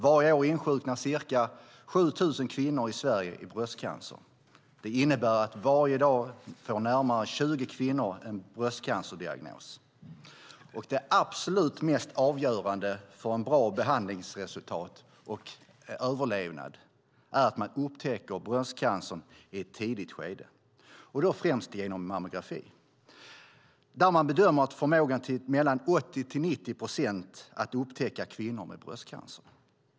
Varje år insjuknar ca 7 000 kvinnor i Sverige i bröstcancer. Det innebär att närmare 20 kvinnor varje dag får en bröstcancerdiagnos. Det absoluta mest avgörande för ett bra behandlingsresultat och överlevnad är att man upptäcker bröstcancern i ett tidigt skede, och då främst genom mammografi där man bedömer att förmågan att upptäcka kvinnor med bröstcancer är 80-90 procent.